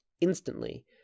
instantly